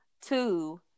two